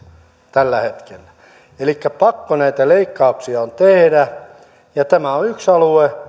tällä hetkellä elikkä pakko näitä leikkauksia on tehdä ja tämä on yksi alue